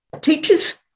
teachers